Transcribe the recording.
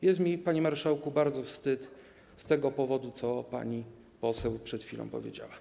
Jest mi, panie marszałku, bardzo wstyd z tego powodu, co pani poseł przed chwilą powiedziała.